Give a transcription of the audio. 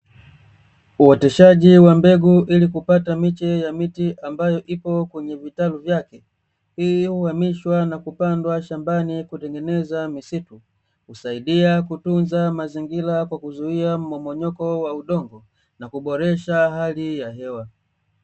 Uoteshaji wa mbegu ili kupata miche ya miti ambayo ipo kwenye vitalu vyake, hii huhamimishwa na kupandwa shambani kutengeneza misitu, husaidia kutunza mazingira kwa kuzuia mmomonyoko wa udongo na kuboresha hali ya hewa.